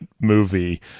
movie